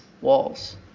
walls